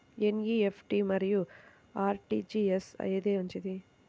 NEFT మరియు RTGS ఏది మంచిది?